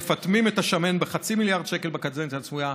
מפטמים את השמן בחצי מיליארד שקל בקדנציה הצפויה.